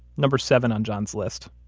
number seven on john's list.